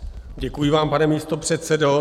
Děkuji vám, pane místopředsedo.